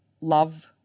love